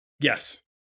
Yes